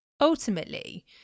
Ultimately